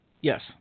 Yes